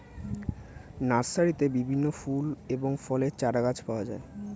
নার্সারিতে বিভিন্ন ফুল এবং ফলের চারাগাছ পাওয়া যায়